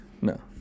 No